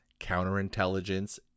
counterintelligence